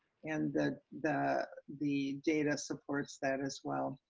and that the the data supports that as well.